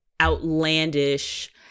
outlandish